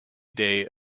day